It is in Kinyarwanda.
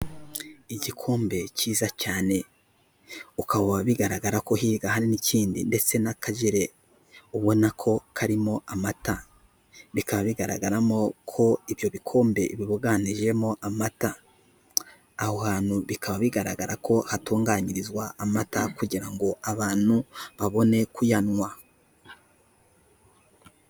Igikombe cyiza cyane, ukaba bigaragara ko hirya hari n'ikindi ndetse n'akagere ubona ko karimo amata, ikaba bigaragaramo ko ibyo bikombe bibuganijemo amata, aho hantu bikaba bigaragara ko hatunganyirizwa amata kugira ngo abantu babone kuyanywa.